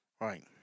Right